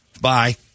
Bye